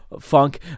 funk